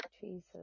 Jesus